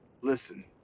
listen